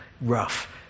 rough